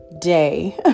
day